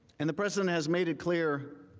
and the present has made it clear